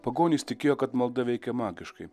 pagonys tikėjo kad malda veikia magiškai